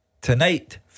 tonight